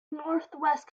northwest